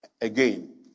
again